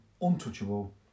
untouchable